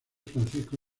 francisco